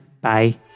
Bye